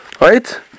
right